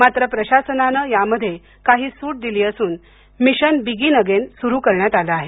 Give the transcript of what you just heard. मात्र प्रशासनाने यामध्ये काही सूट दिली असून मिशन बिगीन अगेन सुरू करण्यात आलं आहे